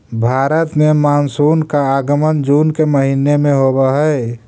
भारत में मानसून का आगमन जून के महीने में होव हई